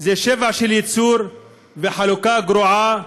זה שפע של ייצור וחלוקה גרועה,